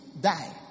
die